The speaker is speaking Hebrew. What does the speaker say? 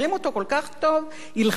ילחץ את ידו של ערפאת?